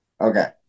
Okay